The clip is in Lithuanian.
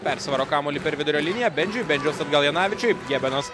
persivaro kamuolį per vidurio liniją bendžiui bendžis atgal janavičiui gebenas